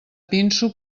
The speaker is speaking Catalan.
pinso